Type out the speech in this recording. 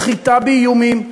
סחיטה באיומים,